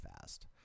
fast